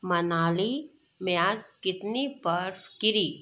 मनाली में आज कितनी बर्फ गिरी